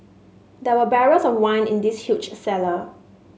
there were barrels of wine in this huge cellar